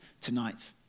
tonight